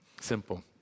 simple